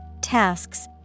tasks